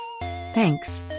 Thanks